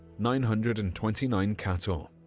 nine hundred and twenty nine cattle,